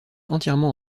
entièrement